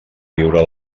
viure